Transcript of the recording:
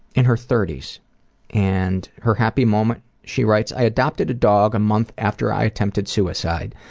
in her thirty s and her happy moment, she writes, i adopted a dog a month after i attempted suicide.